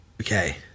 Okay